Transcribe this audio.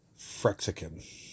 Frexican